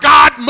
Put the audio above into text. God